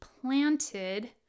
planted